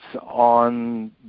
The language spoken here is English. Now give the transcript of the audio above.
on